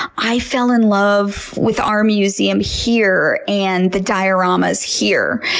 i fell in love with our museum here and the dioramas here.